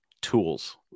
tools